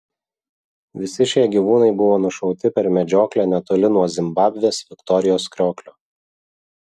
visi šie gyvūnai buvo nušauti per medžioklę netoli nuo zimbabvės viktorijos krioklio